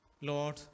Lord